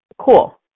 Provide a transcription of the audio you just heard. cool